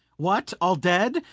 what, all dead,